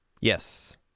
Yes